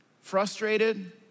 Frustrated